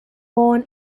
born